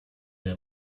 der